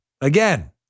again